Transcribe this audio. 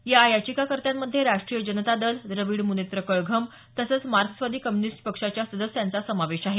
या याचिकाकर्त्यांमध्ये राष्ट्रीय जनता दल द्रविड मु्नेत्र कळघम तसंच मार्क्सवादी कम्युनिस्ट पक्षाच्या सदस्यांचा समावेश आहे